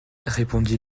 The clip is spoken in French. répondit